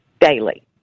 daily